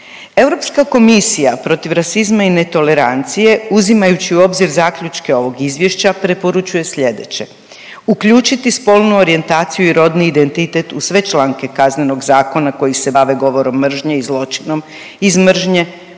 Europska komisija protiv rasizma i netolerancije uzimajući u obzir zaključke ovog izvješća preporučuje sljedeće: uključiti spolnu orijentaciju i rodni identitet u sve članke Kaznenog zakona koji se bave govorom mržnje i zločinom iz mržnje,